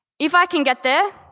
if i can get there,